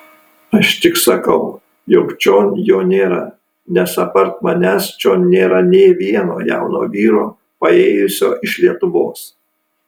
aš tik sakau jog čion jo nėra nes apart manęs čion nėra nė vieno jauno vyro paėjusio iš lietuvos